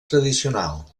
tradicional